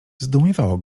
zdumiewało